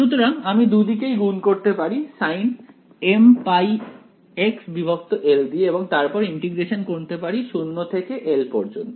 সুতরাং আমি দুদিকেই গুণ করতে পারি sinmπxl দিয়ে এবং তারপর ইন্টিগ্রেশন করতে পারি 0 থেকে l পর্যন্ত